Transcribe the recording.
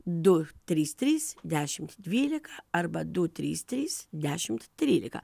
du trys trys dešimt dvylika arba du trys trys dešimt trylika